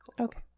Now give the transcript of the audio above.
Okay